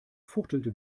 fuchtelte